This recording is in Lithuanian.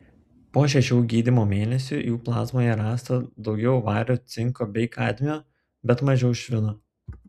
po šešių gydymo mėnesių jų plazmoje rasta daugiau vario cinko bei kadmio bet mažiau švino